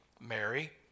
Mary